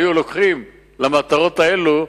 היו לוקחים למטרות האלה,